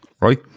right